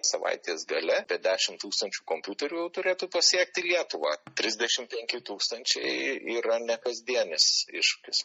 savaitės gale apie dešimt tūkstančių kompiuterių turėtų pasiekti lietuvą trisdešimt penki tūkstančiai yra ne kasdienis iššūkis